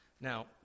Now